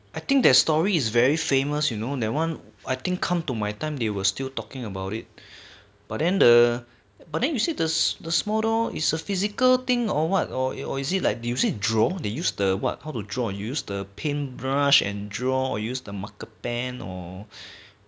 I think that story is very famous you know that one I think come to my time there were still talking about it but then the but then you see the small door is a physical thing or what or or or is it like using draw they use the what how to draw used a paint brush and draw used the marker pen ban or